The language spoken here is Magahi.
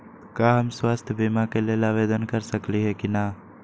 का हम स्वास्थ्य बीमा के लेल आवेदन कर सकली ह की न?